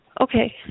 Okay